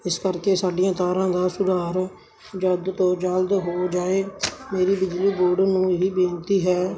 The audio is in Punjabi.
ਇਸ ਕਰਕੇ ਸਾਡੀਆਂ ਤਾਰਾਂ ਦਾ ਸੁਧਾਰ ਜਲਦ ਤੋਂ ਜਲਦ ਹੋ ਜਾਏ ਮੇਰੀ ਬਿਜਲੀ ਬੋਰਡ ਨੂੰ ਇਹੀ ਬੇਨਤੀ ਹੈ